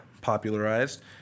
popularized